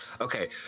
okay